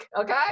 okay